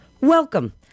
Welcome